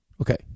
Okay